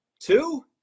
two